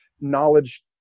knowledge